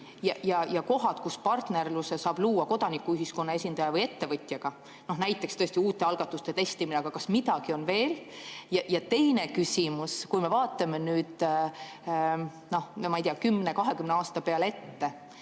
ja kohad, kus partnerluse saab luua kodanikuühiskonna esindaja või ettevõtjaga? Tõesti on uute algatuste testimine, aga kas midagi on veel? Ja teine küsimus. Kui me vaatame nüüd, ma ei tea, 10 või 20 aasta peale ette,